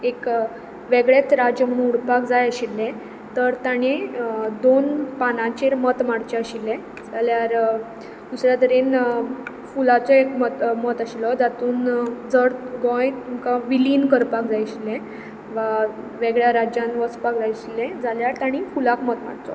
एक वेगळेंच राज्य म्हण उरपाक जाय आशिल्लें तर तांणी दोन पानांचेर मत मारचें आशिल्लें जाल्यार दुसऱ्या तरेन फुलाचो एकमत मत आशिल्लो जातून जर गोंय तुमकां विलीन करपाक जाय आशिल्लें वा वेगळ्या राज्यान वचपाक जाय आशिल्लें जाल्यार तांणी फुलाक मत मारचो